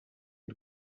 y’u